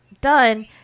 done